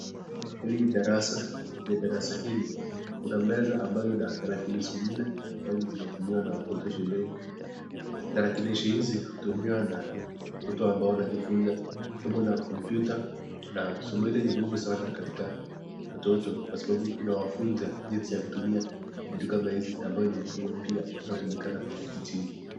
Hili ni darasa, ndani ya darasa hili ambapo kuna meza ambayo ina tarakilishi nne ambazo zinatumiwa na watoto shuleni, tarakilishi hizi hutumiwa na watoto ambao wanajifunza somo la kompyuta na somo hili ni muhimu sana na katika watoto kwa sababu inawafunza jinsi ya kutumia vitu kama hizi ambao ni mfumo mpya inayotumika nchini.